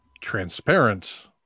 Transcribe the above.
transparent